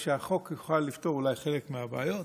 כדי שהחוק יוכל לפתור אולי חלק מהבעיות.